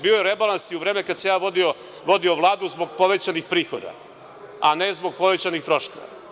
Bio je rebalans i u vreme kada sam ja vodio Vladu zbog povećanih prihoda, a ne zbog povećanih troškova.